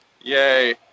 Yay